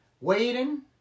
waiting